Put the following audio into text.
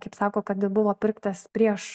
kaip sako kad buvo pirktas prieš